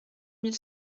mille